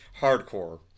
hardcore